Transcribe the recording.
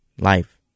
life